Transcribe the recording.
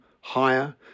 higher